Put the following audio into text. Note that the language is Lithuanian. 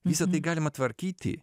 visa tai galima tvarkyti